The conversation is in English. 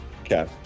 Okay